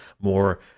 more